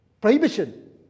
Prohibition